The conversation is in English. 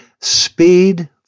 speed